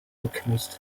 alchemist